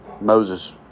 Moses